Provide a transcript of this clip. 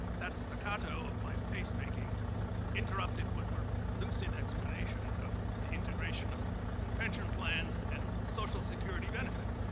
that staccato of my pacemaking interrupted what were lucid explanations of the integration of pension plans and social security benefits.